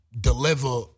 deliver